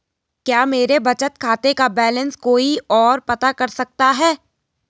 क्या मेरे बचत खाते का बैलेंस कोई ओर पता कर सकता है?